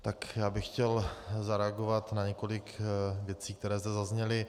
Tak já bych chtěl zareagovat na několik věcí, které zde zazněly.